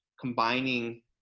combining